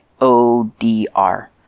O-D-R